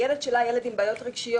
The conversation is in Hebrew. שהילד שלה הוא ילד עם בעיות רגשיות,